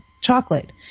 chocolate